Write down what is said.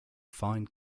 fine